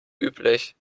üblich